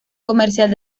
comercial